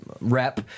rep